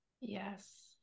Yes